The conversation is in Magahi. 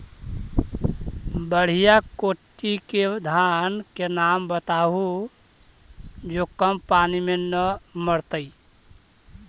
बढ़िया कोटि के धान के नाम बताहु जो कम पानी में न मरतइ?